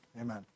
Amen